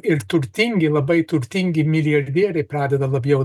ir turtingi labai turtingi milijardieriai pradeda labiau dabar